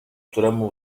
któremu